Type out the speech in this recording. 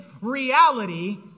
reality